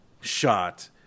shot